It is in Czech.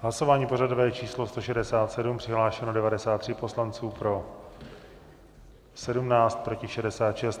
Hlasování pořadové číslo 167, přihlášeno 93 poslanců, pro 17, proti 66.